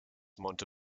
monte